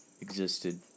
existed